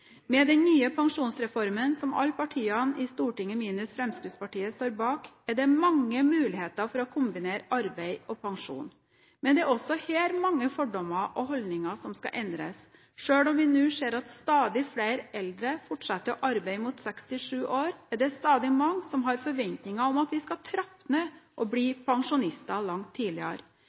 Med den nye pensjonsreformen, som alle partiene i Stortinget, minus Fremskrittspartiet, står bak, er det mange muligheter til å kombinere arbeid og pensjon. Men det er også her mange fordommer og holdninger som skal endres. Selv om vi nå ser at stadig flere eldre fortsetter å arbeide fram mot 67 år, er det fortsatt mange som har forventninger om at man skal trappe ned og bli pensjonister langt tidligere.